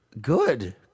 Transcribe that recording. good